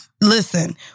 listen